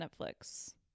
Netflix